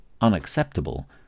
unacceptable